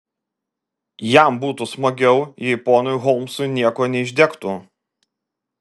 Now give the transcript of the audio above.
jam būtų smagiau jei ponui holmsui nieko neišdegtų